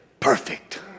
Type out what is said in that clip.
Perfect